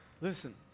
listen